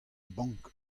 bank